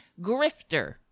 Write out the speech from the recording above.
grifter